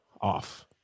off